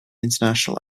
international